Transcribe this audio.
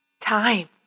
time